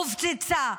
הופצצה.